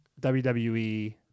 WWE